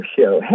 Show